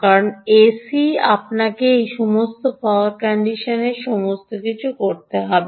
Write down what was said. কারণ এসি আপনাকে সেই সমস্ত পাওয়ার কন্ডিশনার এবং সমস্ত কিছু করতে হবে